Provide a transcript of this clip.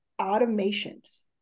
automations